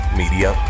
media